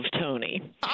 Tony